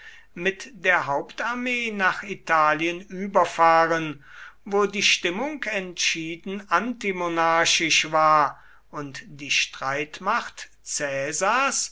mit der hauptarmee nach italien überfahren wo die stimmung entschieden antimonarchisch war und die streitmacht caesars